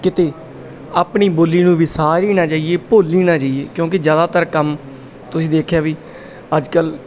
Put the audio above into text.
ਕਿਤੇ ਆਪਣੀ ਬੋਲੀ ਨੂੰ ਵਿਸਾਰੀਏ ਨਾ ਜਾਈਏ ਭੁੱਲ ਹੀ ਨਾ ਜਾਈਏ ਕਿਉਂਕਿ ਜ਼ਿਆਦਾਤਰ ਕੰਮ ਤੁਸੀਂ ਵੇਖਿਆ ਵੀ ਅੱਜ ਕੱਲ੍ਹ